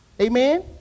amen